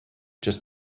just